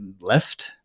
left